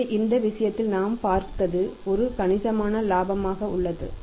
எனவே இந்த விஷயத்தில் நாம் பார்த்தது இது ஒரு கணிசமான லாபமாக உள்ளது